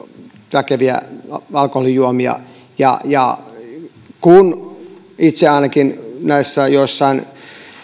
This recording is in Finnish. väkeviä alkoholijuomia kun itse ainakin näissä joissain